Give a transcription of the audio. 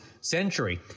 century